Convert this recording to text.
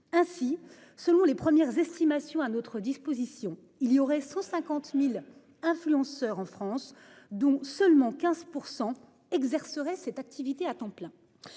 Ainsi, selon les premières estimations à notre disposition, il y aurait 150.000 influenceurs en France, dont seulement 15% exercerait cette activité à temps plein.